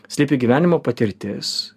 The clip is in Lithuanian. slypi gyvenimo patirtis